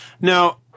Now